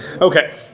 Okay